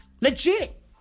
Legit